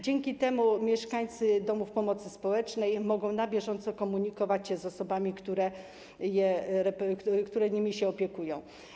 Dzięki temu mieszkańcy domów pomocy społecznej mogą na bieżąco komunikować się z osobami, które się nimi opiekują.